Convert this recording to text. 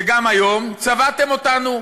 וגם היום צבעתם אותנו,